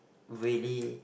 really